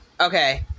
Okay